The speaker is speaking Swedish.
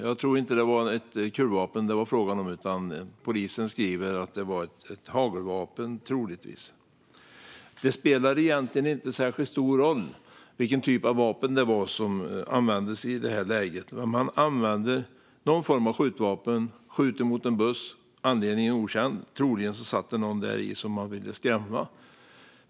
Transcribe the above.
Jag tror inte det var fråga om ett kulvapen, utan polisen skriver att det troligtvis var ett hagelvapen. Det spelar egentligen inte särskilt stor roll vilken typ av vapen det var som användes i det här läget, men man använder alltså någon typ av skjutvapen och skjuter mot en buss. Anledningen är okänd; troligen satt det någon i bussen som man ville skrämma.